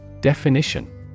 Definition